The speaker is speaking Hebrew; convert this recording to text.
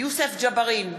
יוסף ג'בארין,